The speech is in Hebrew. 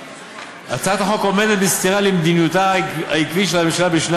הצעת החוק עומדת בסתירה למדיניותה העקבית של הממשלה בשני